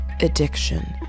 addiction